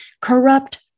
Corrupt